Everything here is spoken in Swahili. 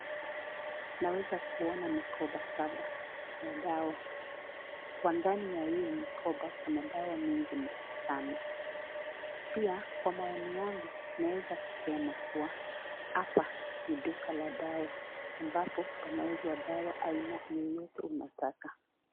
Tunaweza Kuona mikoba Saba ya dawa . Kwa ndani ya hii mkoba Kuna mingi sana . Pia kwa maoni yangu naweza kusema kuwa hapa ni duka la dawa ambapo panauzwa dawa aina yoyote unataka.